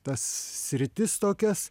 tas sritis tokias